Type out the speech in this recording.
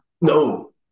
no